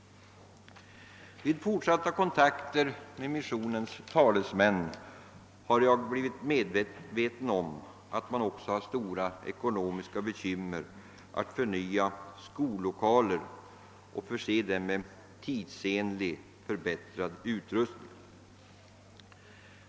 Vid fortsatta kontakter med missionens talesmän har jag blivit medveten om att man också har stora ekonomiska bekymmer att förnya skollokaler och förse dem med tidsenlig och förbättrad utrustning.